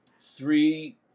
three